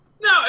no